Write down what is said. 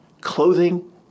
Clothing